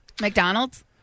McDonald's